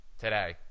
Today